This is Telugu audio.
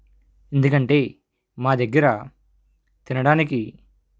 ఎందుకంటే మా దగ్గర తినడానికి